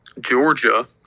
Georgia